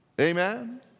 Amen